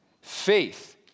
Faith